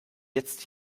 jetzt